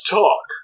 talk